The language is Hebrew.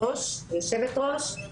יושבת הראש.